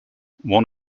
one